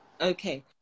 Okay